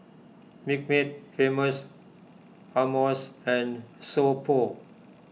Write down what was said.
Milkmaid Famous Amos and So Pho